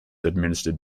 administered